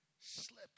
slip